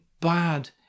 bad